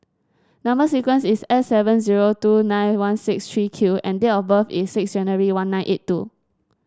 number sequence is S seven zero two nine one six three Q and date of birth is six January one nine eight two